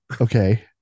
okay